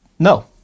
No